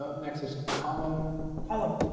ah next is colin colin.